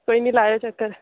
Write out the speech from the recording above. कोई नी लाएयो चक्कर